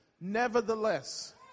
Nevertheless